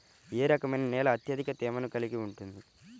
ఏ రకమైన నేల అత్యధిక తేమను కలిగి ఉంటుంది?